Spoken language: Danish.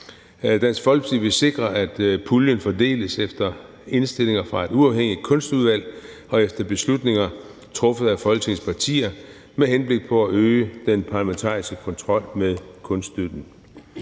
Dansk Folkeparti vil sikre, at puljen fordeles efter indstillinger fra et uafhængigt kunstudvalg og efter beslutninger truffet af Folketingets partier med henblik på at øge den parlamentariske kontrol med kunststøtten.